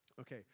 Okay